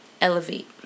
Elevate